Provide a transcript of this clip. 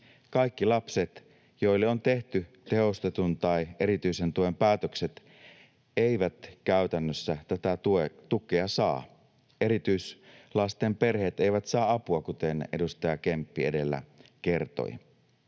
Kaikki lapset, joille on tehty tehostetun tai erityisen tuen päätökset, eivät käytännössä tätä tukea saa. Erityislasten perheet eivät saa apua, kuten edustaja Kemppi edellä kertoi.